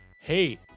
hey